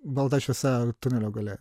balta šviesa tunelio gale